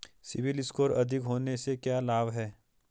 CIBIL score अधिक होने से क्या लाभ हैं?